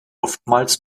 oftmals